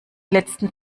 letzten